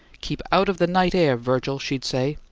keep out of the night air, virgil she'd say.